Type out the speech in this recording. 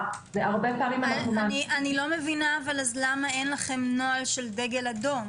- אז למה אין לכם נוהל של דגל אדום?